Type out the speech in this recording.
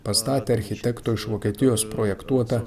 pastatė architekto iš vokietijos projektuotą